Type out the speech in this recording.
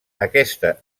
aquesta